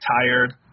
tired